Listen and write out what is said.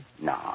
No